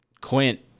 Quint